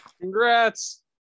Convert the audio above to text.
Congrats